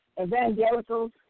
Evangelicals